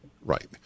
Right